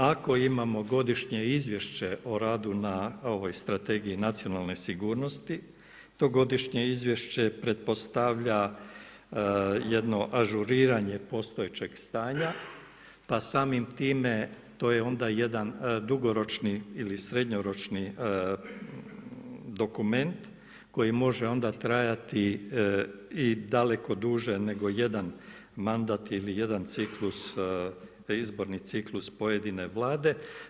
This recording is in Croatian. Ako imamo godišnje izvješće o radu na ovoj Strategiji nacionalne sigurnosti, to godišnje izvješće pretpostavlja jedno ažuriranje postojećeg stanja pa samim time to je onda jedan dugoročno ili srednjoročni dokument koji može onda trajati i daleko duže nego jedan mandat ili jedan ciklus izborni ciklus pojedine vlade.